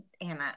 Anna